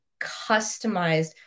customized